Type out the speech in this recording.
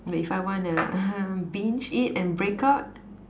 but if I wanna binge it and break out